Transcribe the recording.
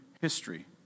history